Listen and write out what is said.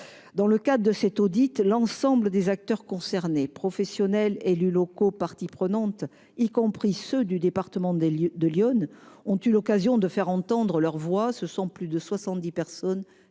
Dans le cadre de cet audit, l'ensemble des acteurs concernés- professionnels, élus locaux, parties prenantes -, y compris ceux du département de l'Yonne, ont eu l'occasion de faire entendre leur voix. Plus de soixante-dix personnes